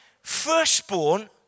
firstborn